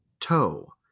toe